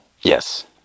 Yes